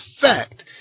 fact